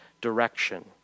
direction